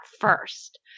first